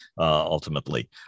Ultimately